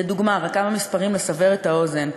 לדוגמה, רק כמה מספרים לסבר את האוזן: